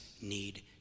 need